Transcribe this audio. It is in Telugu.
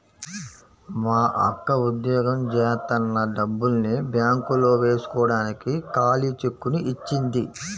మా అక్క ఉద్యోగం జేత్తన్న డబ్బుల్ని బ్యేంకులో వేస్కోడానికి ఖాళీ చెక్కుని ఇచ్చింది